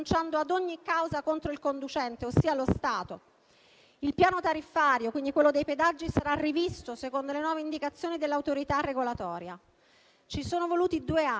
Ci sono voluti due anni, ma questo passaggio rappresenta davvero il tramonto di un'epoca, in cui per troppo tempo lo Stato aveva favorito pochi piccoli potentati,